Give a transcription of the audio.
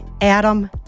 Adam